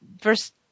first